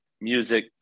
music